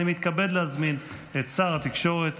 אני מתכבד להזמין את שר התקשורת